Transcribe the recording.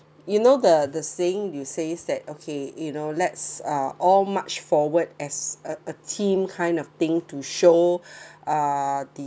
you know the the saying you says that okay you know let's uh all much forward as a a team kind of thing to show uh the